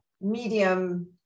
medium